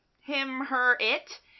him-her-it